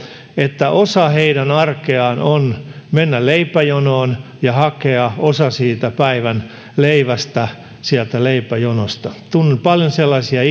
että osa heidän arkeaan on mennä leipäjonoon ja hakea osa siitä päivän leivästä sieltä leipäjonosta tunnen paljon sellaisia